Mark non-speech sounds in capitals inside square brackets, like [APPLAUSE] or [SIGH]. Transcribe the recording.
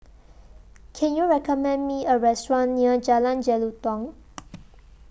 Can YOU recommend Me A Restaurant near Jalan Jelutong [NOISE]